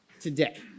today